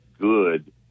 good